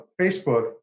facebook